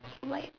white